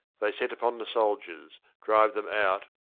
they set upon the soldiers, drive them out,